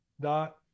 dot